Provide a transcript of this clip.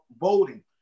voting